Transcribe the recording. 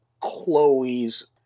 Chloe's